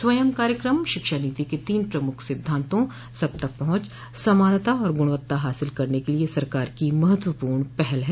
स्वयम् कार्यक्रम शिक्षा नीति के तीन प्रमुख सिद्धांतों सब तक पहुंच समानता और गुणवत्ता हासिल करने के लिए सरकार की महत्वपूर्ण पहल है